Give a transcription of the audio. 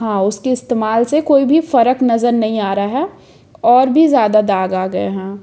हाँ उसके इस्तेमाल से कोई भी फ़र्क नज़र नहीं आ रहा है और भी ज़्यादा दाग आ गए हैं